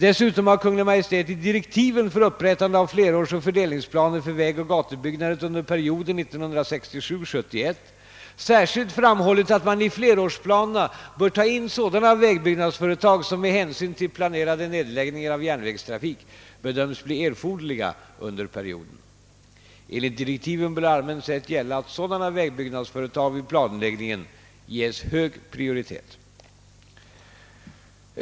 Dessutom har Kungl. Maj:t i direktiven för upprättande av flerårsoch fördelningsplaner för vägoch gatubyggandet under perioden 1967—1971 särskilt framhållit, att man i flerårsplanerna bör ta in sådana vägbyggnadsföretag som med hänsyn till planerade nedläggningar av järnvägstrafik bedöms bli erforderliga under perioden. Enligt direktiven bör allmänt sett gälla att sådana vägbyggnadsföretag vid planläggningen ges hög prioritet.